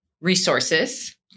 resources